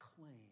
claim